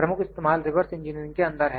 प्रमुख इस्तेमाल reverse engineering के अंदर है